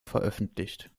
veröffentlicht